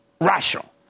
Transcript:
Rational